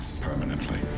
permanently